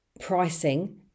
pricing